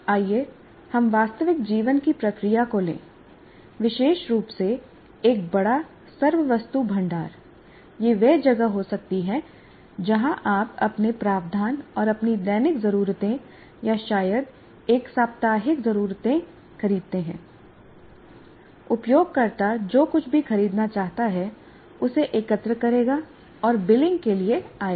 आइए हम वास्तविक जीवन की प्रक्रिया को लें विशेष रूप से एक बड़ा सर्ववस्तु भंडार यह वह जगह हो सकती है जहां आप अपने प्रावधान और अपनी दैनिक ज़रूरतें या शायद एक साप्ताहिक ज़रूरतें खरीदते हैं उपयोगकर्ता जो कुछ भी खरीदना चाहता है उसे एकत्र करेगा और बिलिंग के लिए आएगा